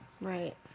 Right